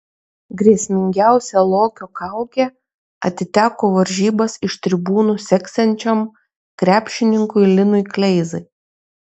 grėsmingiausia lokio kaukė atiteko varžybas iš tribūnų seksiančiam krepšininkui linui kleizai